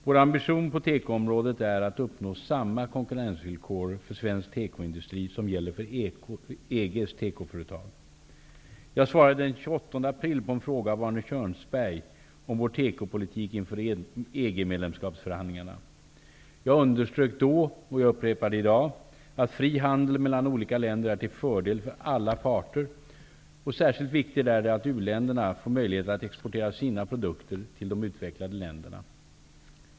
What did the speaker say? Vår ambition på tekoområdet är att uppnå samma konkurensvillkor för svensk tekoindustri som gäller för EG:s tekoföretag. Jag svarade den 28 april på en fråga av socialdemokraten Arne Kjörnsberg om vår tekopolitik inför EG medlemskapsförhandlingarna. Jag underströk då, och upprepar det i dag, att fri handel mellan olika länder är till fördel för alla parter, och särskilt viktigt är det att u-länderna får möjlighet att exportera sina produkter till de utvecklade länderna.